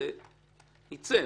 זה יצא.